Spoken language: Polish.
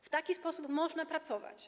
W taki sposób można pracować.